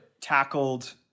...tackled